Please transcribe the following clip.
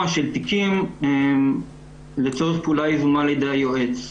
של תיקים לצורך פעולה יזומה על ידי היועץ.